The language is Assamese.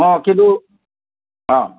অঁ কিন্তু অঁ